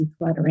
decluttering